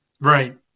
Right